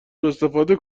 استفاده